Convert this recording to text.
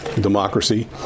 democracy